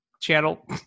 channel